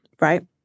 right